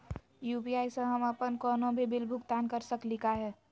UPI स हम अप्पन कोनो भी बिल भुगतान कर सकली का हे?